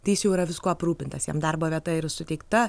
tai jis jau yra viskuo aprūpintas jam darbo vieta yra suteikta